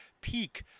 peak